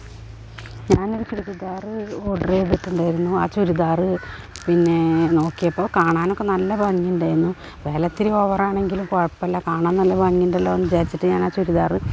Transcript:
ഞാൻ ഒരു ചുരിദാർ ഓർഡർ ചെയ്തിട്ടുണ്ടായിരുന്നു ആ ചുരിദാർ പിന്നേ നോക്കിയപ്പം കാണാനൊക്കെ നല്ല ഭംഗിയുണ്ടായിരുന്നു വില ഇത്തിരി ഓവർ ആണെങ്കിലും കുഴപ്പമില്ല കാണാന് നല്ല ഭംഗിയുണ്ടല്ലോ എന്ന് വിചാരിച്ചിട്ട് ഞാൻ ആ ചുരിദാർ